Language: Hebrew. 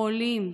חולים,